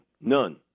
None